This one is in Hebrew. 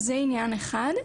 אז זה עניין אחד.